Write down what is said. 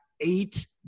eight